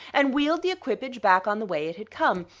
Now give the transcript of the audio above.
and wheeled the equipage back on the way it had come,